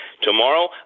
tomorrow